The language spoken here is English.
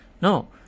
No